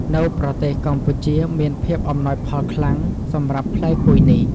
នៅប្រទេសកម្ពុជាមានភាពអំណោយផលខ្លាំង សម្រាប់ផ្លែគុយនេះ។